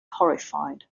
horrified